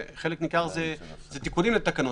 חלק ניכר זה תיקונים לתקנות,